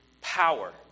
power